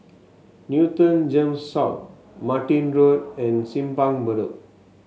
Newton Gems South Martin Road and Simpang Bedok